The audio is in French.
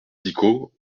picaud